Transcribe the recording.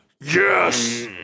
Yes